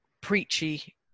preachy